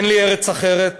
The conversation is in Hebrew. אין לי ארץ אחרת,